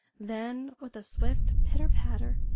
then, with a swift pitter-patter,